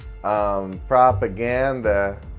Propaganda